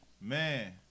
Man